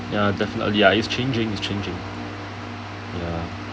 ya definitely ya it's changing it's changing ya